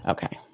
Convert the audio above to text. Okay